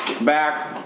Back